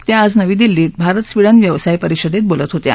त्या आज नवी दिल्ली इथं भारत स्वीडन व्यवसाय परिषदेत बोलत होत्या